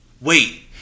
wait